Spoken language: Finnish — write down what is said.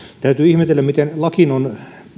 täytyy ihmetellä miten lakiin on